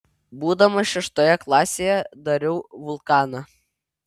būdamas šeštoje klasėje dariau vulkaną